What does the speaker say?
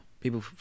people